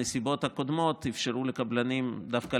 הנסיבות הקודמות אפשרו לקבלנים דווקא